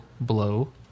Blow